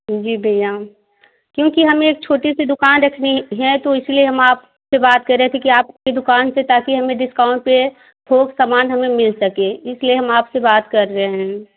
जी भैया क्योंकि हमें एक छोटी सी दुकान रखनी है तो इसी लिए हम आप से बात कर रहे थे कि आप अपनी दुकान से ताकि हमें डिस्काउंट मिले थोक सामान हमें मिल सके इसलिए हम आप से बात कर रहे हैं